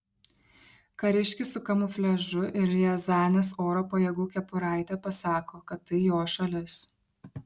kariškis su kamufliažu ir riazanės oro pajėgų kepuraite pasako kad tai jo šalis